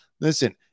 Listen